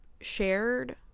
shared